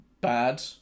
bad